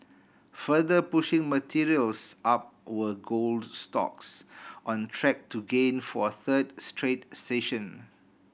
further pushing materials up were gold stocks on track to gain for a third straight session